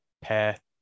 pair